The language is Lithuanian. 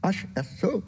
aš esu